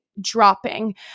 dropping